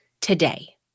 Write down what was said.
today